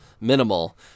minimal